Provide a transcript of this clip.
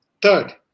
Third